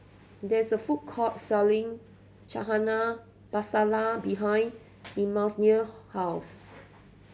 there is a food court selling Chana Masala behind Immanuel house